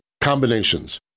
combinations